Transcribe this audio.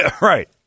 Right